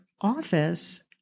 office